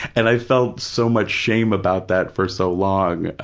and i felt so much shame about that for so long,